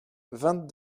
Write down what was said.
vingt